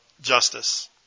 justice